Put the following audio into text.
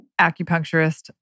acupuncturist